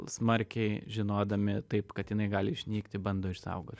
smarkiai žinodami taip kad jinai gali išnykti bando išsaugot